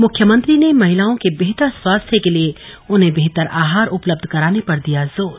मुख्यमंत्री ने महिलाओं के बेहतर स्वास्थ्य के लिए उन्हें बेहतर आहार उपलब्ध कराने पर दिया जोर